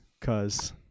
cause